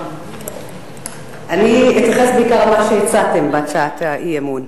אני אתייחס בעיקר למה שהצגתם בהצעת האי-אמון.